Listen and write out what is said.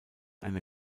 eine